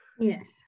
Yes